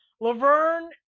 Laverne